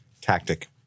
Tactic